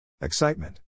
Excitement